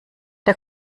der